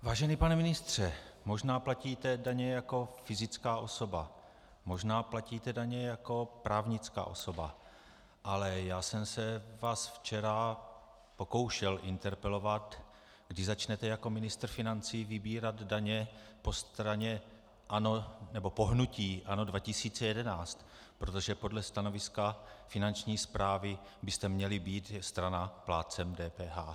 Vážený pane ministře, možná platíte daně jako fyzická osoba, možná platíte daně jako právnická osoba, ale já jsem se vás včera pokoušel interpelovat, kdy začnete jako ministr financí vybírat daně po hnutí ANO 2011, protože podle stanoviska Finanční správy byste měli být, strana, plátcem DPH.